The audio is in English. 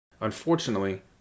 Unfortunately